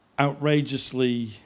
outrageously